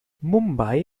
mumbai